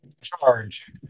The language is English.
Charge